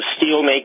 steelmaking